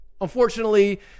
unfortunately